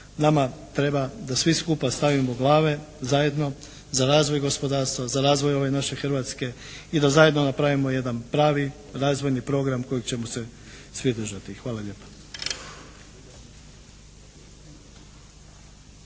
nama treba da svi skupa stavimo glave zajedno za razvoj gospodarstva, za razvoj ove naše Hrvatske i da zajedno napravimo jedan pravi razvojni program kojeg ćemo se svi držati. Hvala lijepa.